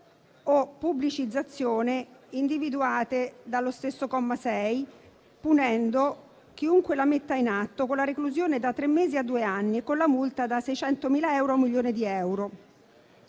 o pubblicizzazione individuate dallo stesso comma 6, punendo chiunque la metta in atto con la reclusione da tre mesi a due anni e con la multa da 600.000 euro a 1 milione di euro.